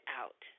out